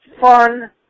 fun